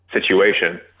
situation